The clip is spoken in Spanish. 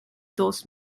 dos